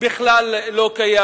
שבכלל לא קיים.